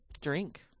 drink